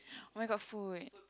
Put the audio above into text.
oh-my-god food